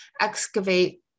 excavate